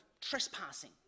trespassing